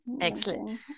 excellent